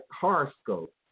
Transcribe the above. horoscope